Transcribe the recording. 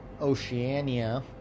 Oceania